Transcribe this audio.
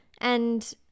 And-